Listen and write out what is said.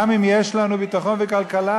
גם אם יש לנו ביטחון וכלכלה,